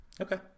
Okay